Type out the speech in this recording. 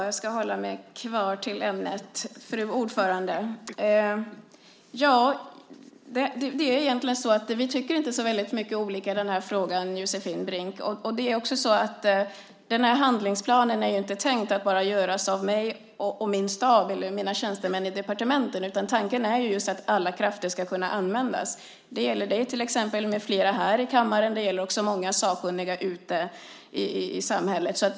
Fru talman! Egentligen tycker vi inte så väldigt olika i den här frågan, Josefin Brink. Handlingsplanen är ju inte tänkt att bara göras av mig och mina tjänstemän i departementet, utan tanken är att alla krafter ska kunna användas. Det gäller till exempel dig med flera i kammaren. Det gäller också många sakkunniga ute i samhället.